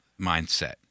mindset